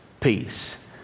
peace